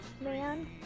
man